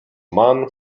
mann